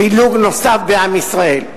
פילוג נוסף בעם ישראל.